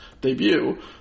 debut